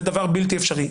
זה דבר בלתי אפשרי.